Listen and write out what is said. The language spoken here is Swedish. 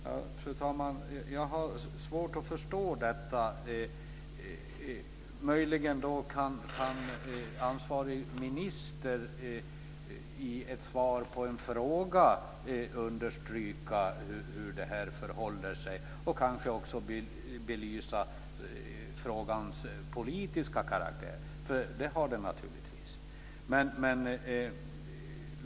Fru talman! Jag har svårt att förstå detta. Möjligen kan ansvarig minister i ett svar på en fråga understryka hur det förhåller sig och kanske också belysa frågans politiska karaktär, för det har den naturligtvis.